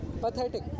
Pathetic